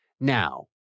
now